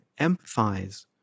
empathize